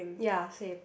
ya same